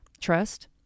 trust